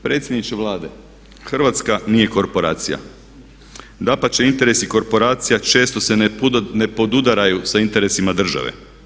Predsjedniče Vlade, Hrvatska nije korporacija, dapače interesi korporacija često se ne podudaraju sa interesima države.